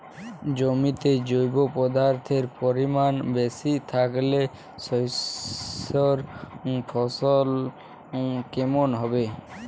জমিতে জৈব পদার্থের পরিমাণ বেশি থাকলে শস্যর ফলন কেমন হবে?